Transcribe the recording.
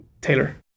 Taylor